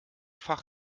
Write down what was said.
fach